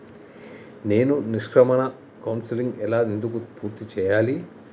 నేను నిష్క్రమణ కౌన్సెలింగ్ ఎలా ఎందుకు పూర్తి చేయాలి?